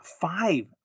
Five